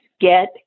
get